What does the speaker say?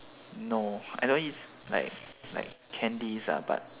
no I know it's like like candies ah but